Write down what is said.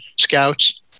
scouts